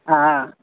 हा